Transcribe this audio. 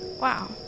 Wow